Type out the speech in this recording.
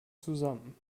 zusammen